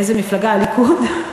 שכחת איזו מפלגה רלוונטית?